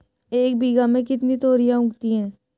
एक बीघा में कितनी तोरियां उगती हैं?